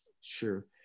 Sure